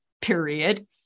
period